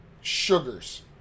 sugars